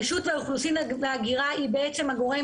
רשות האוכלוסין וההגירה היא הגורם